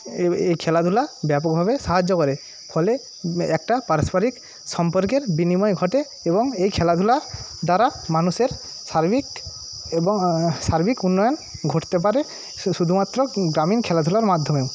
এই খেলাধুলা ব্যাপকভাবে সাহায্য করে ফলে একটা পারস্পরিক সম্পর্কের বিনিময় ঘটে এবং এই খেলাধুলা দ্বারা মানুষের সার্বিক এবং সার্বিক উন্নয়ন ঘটতে পারে শুধুমাত্র গ্রামীণ খেলাধুলার মাধ্যমে